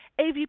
AVP